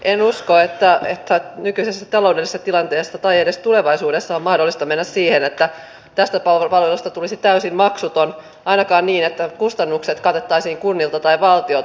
en usko että nykyisessä taloudellisessa tilanteessa tai edes tulevaisuudessa on mahdollista mennä siihen että tästä palvelusta tulisi täysin maksuton ainakaan niin että kustannukset katettaisiin kunnilta tai valtiolta